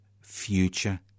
future